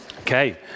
Okay